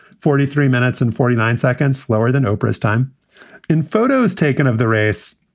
forty three minutes and forty nine seconds. slower than oprahs. time in photos taken of the race.